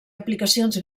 aplicacions